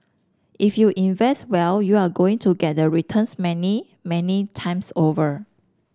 if you invest well you're going to get the returns many many times over